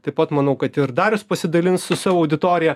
taip pat manau kad ir darius pasidalins su savo auditorija